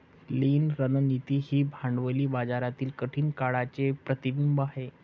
लीन रणनीती ही भांडवली बाजारातील कठीण काळाचे प्रतिबिंब आहे